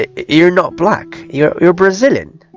ah you're not black! you're you're brazilian!